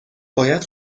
باید